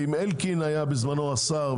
היו ישיבות עם אלקין שבזמנו היה השר.